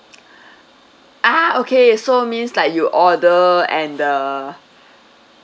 ah okay so means like you order and the